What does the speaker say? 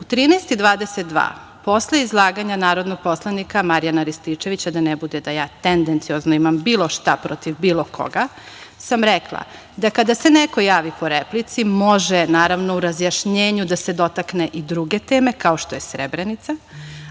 13,22 posle izlaganja narodnog poslanika, Marijana Rističevića, da ne bude da ja tendenciozno imam bilo šta protiv bilo koga, sam rekla, da kada se neko javi po replici, može naravno u razjašnjenju da se dotakne i druge teme, kao što je Srebrenica,